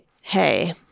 hey